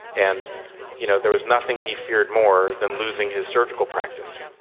and you know there was nothing he feared more than losing his surgical practice,